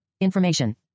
Information